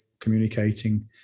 communicating